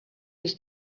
his